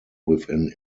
within